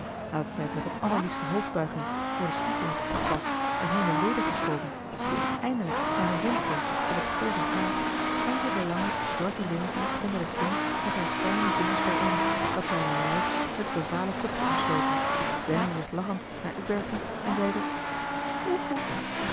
zij het met een allerliefste hoofdbuiging voor den spiegel had opgepast en heen en weder geschoven tot het eindelijk naar haar zin stond op het golvend haar nam zij de lange zwarte linten onder de kin met haar fijne vingers bijeen dat zij als een lijst het ovale kopje omsloten wendde zich lachend naar upbergen en zeide